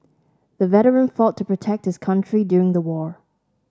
the veteran fought to protect his country during the war